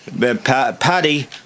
Paddy